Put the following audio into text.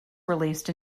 released